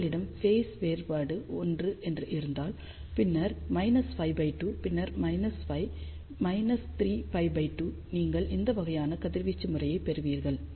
உங்களிடம் ஃபேஸ் வேறுபாடு 1 என்று இருந்தால் பின்னர் π2 பின்னர் π 3π2 நீங்கள் இந்த வகையான கதிர்வீச்சு முறையைப் பெறுவீர்கள்